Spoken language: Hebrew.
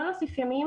לא להוסיף ימים